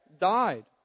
died